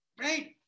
right